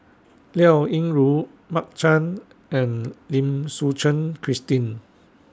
Liao Yingru Mark Chan and Lim Suchen Christine